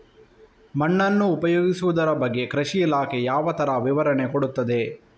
ಮಣ್ಣನ್ನು ಉಪಯೋಗಿಸುದರ ಬಗ್ಗೆ ಕೃಷಿ ಇಲಾಖೆ ಯಾವ ತರ ವಿವರಣೆ ಕೊಡುತ್ತದೆ?